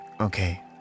okay